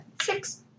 six